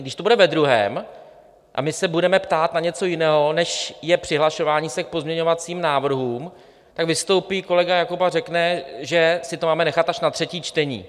Když to bude ve druhém a my se budeme ptát na něco jiného, než je přihlašování se k pozměňovacím návrhům, tak vystoupí kolega Jakob a řekne, že si to máme nechat až na třetí čtení.